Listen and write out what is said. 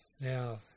Now